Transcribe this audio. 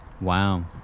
Wow